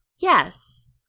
Yes